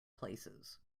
places